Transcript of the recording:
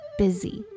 busy